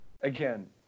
again